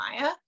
Maya